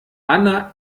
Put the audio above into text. anna